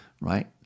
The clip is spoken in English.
Right